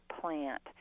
plant